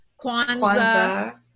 Kwanzaa